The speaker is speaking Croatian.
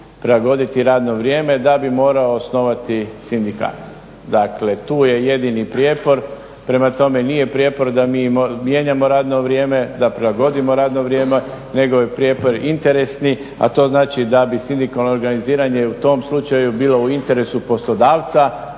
prilagoditi radno vrijeme da bi morao osnovati sindikat. Dakle tu je jedini prijepor. Prema tome, nije prijepor da mi mijenjamo radno vrijeme, da prilagodimo radno vrijeme nego je prijepor interesni a to znači da bi sindikalno organiziranje u tom slučaju bilo u interesu poslodavca